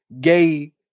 gay